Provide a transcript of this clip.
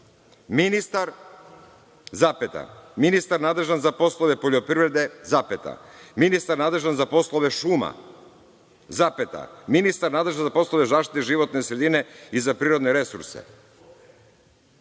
ministar, ministar nadležan za poslove poljoprivrede, ministar nadležan za poslove šuma, ministar nadležan za poslove zaštite životne sredine i za prirodne resurse.